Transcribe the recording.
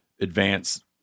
advance